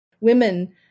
women